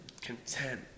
content